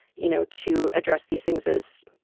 you know, to address these things, as